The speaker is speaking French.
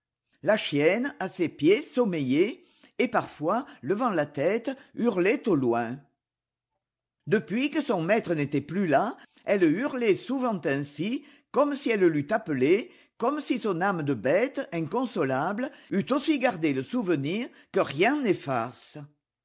la chienne à ses pieds sommeillait et parfois levant la tête hurlait au loin depuis que son maître une vendetta ïl n'était plus là elle hurlait souvent ainsi comme si elle l'eût appelé comme si son âme de bête inconsolable eût aussi gardé le souvenir que rien